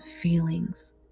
feelings